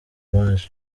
maj